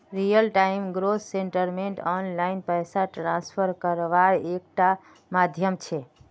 real time gross settlement online पैसा transfer कारवार एक टा माध्यम छे